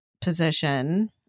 position